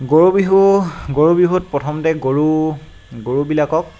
গৰু বিহু গৰু বিহুত প্ৰথমতে গৰু গৰুবিলাকক